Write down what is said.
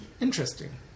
Interesting